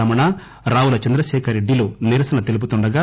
రమణ రావుల చంద్రశేఖర్ రెడ్డిలు నిరసన తెలుపుతుండగా